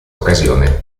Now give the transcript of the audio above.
occasione